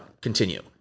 continue